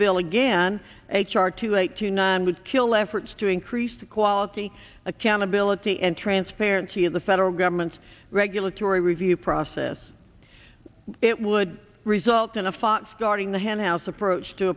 bill again h r two eight to nine would kill efforts to increase the quality accountability and transparency of the federal government regulatory review process it would result in a fox guarding the henhouse approach to